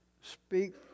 speak